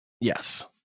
yes